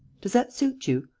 does that suit you?